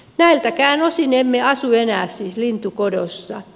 näiltäkään osin emme asu enää siis lintukodossa